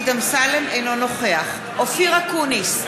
אינו נוכח אופיר אקוניס,